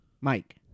Mike